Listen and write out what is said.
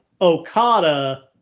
Okada